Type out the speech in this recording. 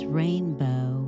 rainbow